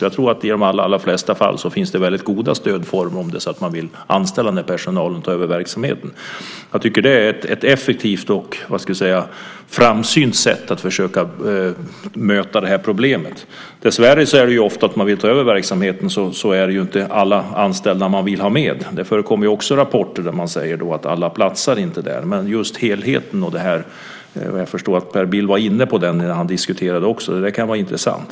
Jag tror att det i de allra flesta fall finns goda stödformer om det är så att man vill anställa när personalen tar över verksamheten. Jag tycker att det är ett effektivt och framsynt sätt att försöka möta problemet. Dessvärre vill man ju ofta ta över verksamheten men inte ha med alla anställda. Det förekommer rapporter där man säger att alla inte platsar. Men just helheten, som jag förstod att Per Bill var inne på i sin diskussion, kan vara intressant.